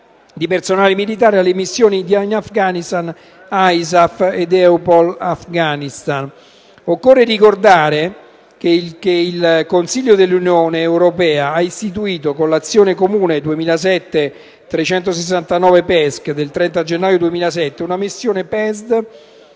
di personale militare alle missioni in Afghanistan ISAF ed EUPOL Afghanistan. Occorre ricordare che il Consiglio dell'Unione europea ha istituito, con l'azione comune 2007/369/PESC del 30 maggio 2007, una missione PESD